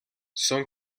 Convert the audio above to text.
son